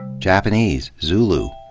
japanese. zulu.